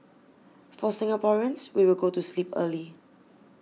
for Singaporeans we will go to sleep early